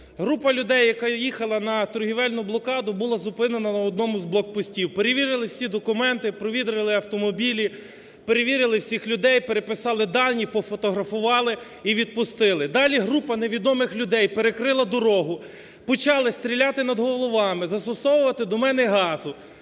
Група людей, яка їхала на торговельну блокаду, була зупинена на одному з блокпостів. Перевірили всі документи, перевірили автомобілі, перевірили всіх людей, переписали дані, пофотографували і відпустили. Далі група невідомих людей перекрила дорогу, почали стріляти над головами, застосовувати до мене газу,